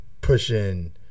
pushing